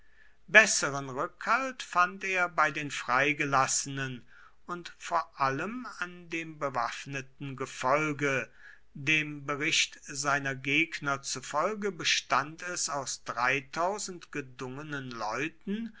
besseren rückhalt fand er bei den freigelassenen und vor allem an dem bewaffneten gefolge dem bericht seiner gegner zufolge bestand es aus gedungenen leuten